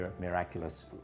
miraculous